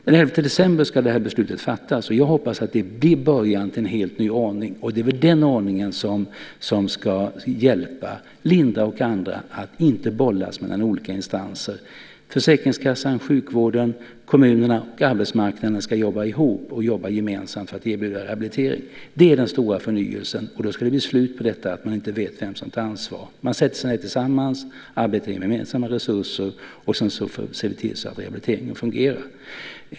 Den 11 december ska detta beslut fattas. Jag hoppas att det blir början till en helt ny ordning, och det är den ordningen som ska hjälpa Linda och andra så att de inte bollas mellan olika instanser. Försäkringskassan, sjukvården, kommunerna och arbetsmarknaden ska jobba ihop och jobba gemensamt för att erbjuda rehabilitering. Det är den stora förnyelsen, och då ska det bli slut på detta att man inte vet vem som tar ansvar. Man sätter sig ned tillsammans, arbetar med gemensamma resurser, och sedan ser man till att rehabiliteringen fungerar.